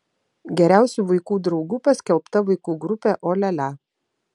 geriausiu vaikų draugu paskelbta vaikų grupė o lia lia